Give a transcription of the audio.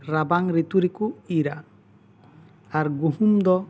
ᱨᱟᱵᱟᱝ ᱨᱤᱛᱩ ᱨᱮᱠᱚ ᱤᱨᱟ ᱟᱨ ᱜᱩᱦᱩᱢ ᱫᱚ